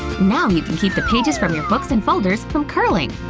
now you can keep the pages from your books and folders from curling!